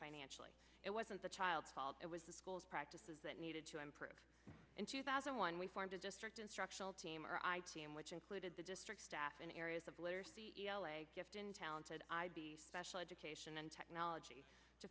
financially it wasn't the child's fault it was the school's practices that needed to improve in two thousand and one we formed a district instructional team or i g m which included the district staff in areas of literacy e l a gifted and talented special education and technology to